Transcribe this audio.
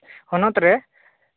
ᱦᱚᱱᱚᱛ ᱨᱮ